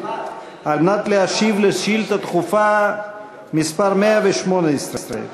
על מנת להשיב על שאילתה דחופה מס' 118